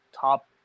Top